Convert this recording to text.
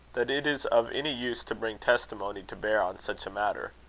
that it is of any use to bring testimony to bear on such a matter.